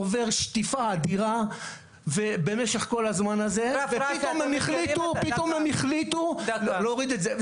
הוא עובר שטיפה אדירה במשך כל הזמן הזה ופתאום הם החליטו להוריד את זה.